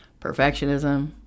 Perfectionism